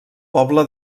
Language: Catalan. poble